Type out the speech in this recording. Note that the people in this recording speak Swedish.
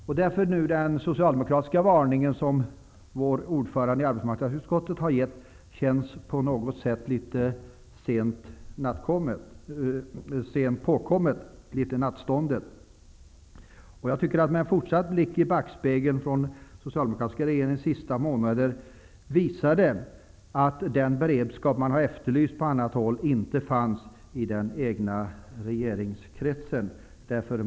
Därför känns den varning som vår socialdemokratiske ordförande i arbetsmarknadsutskottet har gett på något sätt litet sent påkommen, litet nattstånden. En fortsatt blick i backspegeln på den socialdemokratiska regeringens sista månader visar att den beredskap man har efterlyst på annat håll inte fanns i den egna regeringskretsen.